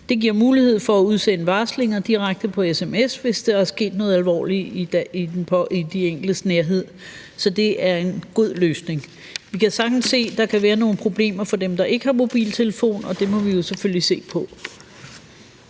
Det giver mulighed for at udsende varslinger direkte på sms, hvis der er sket noget alvorligt i de enkeltes nærhed. Så det er en god løsning. Vi kan sagtens se, der kan være nogle problemer for dem, der ikke har mobiltelefon, men det må vi jo selvfølgelig se på.